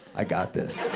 i got this.